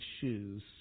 shoes